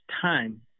time